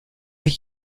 ich